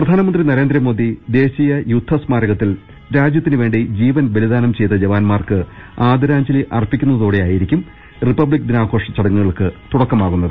പ്രധാനമന്ത്രി നരേന്ദ്രമോദി ദേശീയ യുദ്ധ സ്മാരകത്തിൽ രാജ്യത്തിനു വേണ്ടി ജീവൻ ബലിദാനംചെയ്ത ജവാൻമാർക്ക് ആദരാഞ്ജലി അർപ്പിക്കുന്നതോടെയായിരിക്കും റിപ്പബ്ലി ക്ദിനാഘോഷച്ചടങ്ങുകൾക്ക് തുടക്കമാകുന്നത്